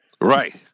Right